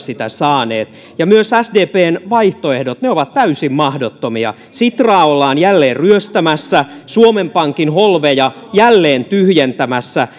sitä myös saaneet myös sdpn vaihtoehdot ovat täysin mahdottomia sitraa ollaan jälleen ryöstämässä suomen pankin holveja jälleen tyhjentämässä